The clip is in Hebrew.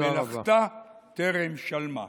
מלאכתה טרם שלמה.